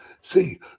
See